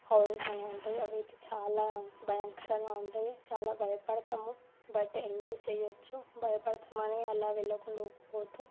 houses అనేవి ఉంటాయు అవైతే చాలా భయంకరంగా ఉంటాయి చాలా భయపడతాము బట్ ఎంజాయ్ చేయవచ్చు భయపడతామని అలా వెళ్ళకుండా వద్దు